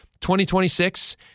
2026